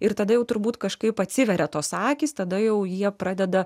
ir tada jau turbūt kažkaip atsiveria tos akys tada jau jie pradeda